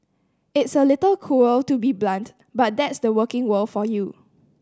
it's a little cruel to be so blunt but that's the working world for you